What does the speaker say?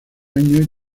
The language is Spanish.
año